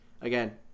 again